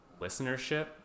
Listenership